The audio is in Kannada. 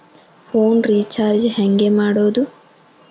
ಫೋನ್ ರಿಚಾರ್ಜ್ ಹೆಂಗೆ ಮಾಡೋದು?